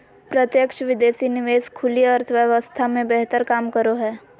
प्रत्यक्ष विदेशी निवेश खुली अर्थव्यवस्था मे बेहतर काम करो हय